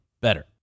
better